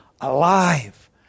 alive